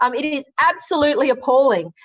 um it it is absolutely appalling.